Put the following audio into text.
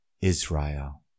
Israel